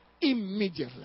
Immediately